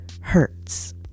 hertz